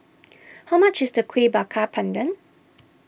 how much is the Kuih Bakar Pandan